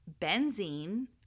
benzene